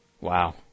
wow